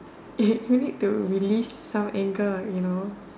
you need to release some anger you know